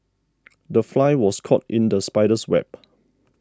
the fly was caught in the spider's web